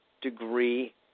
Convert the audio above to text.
degree